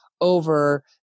over